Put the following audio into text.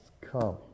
come